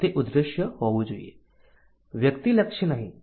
તે ઉદ્દેશ્ય હોવું જોઈએ વ્યક્તિલક્ષી નહીં